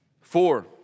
Four